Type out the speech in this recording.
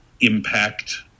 impact